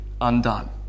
undone